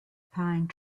pine